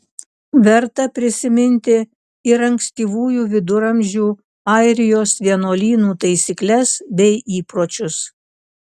verta prisiminti ir ankstyvųjų viduramžių airijos vienuolynų taisykles bei įpročius